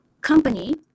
company